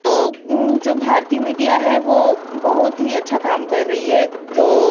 तो जो भारतीय मीडिया है वह बहुत ही अच्छा काम कर रही है जो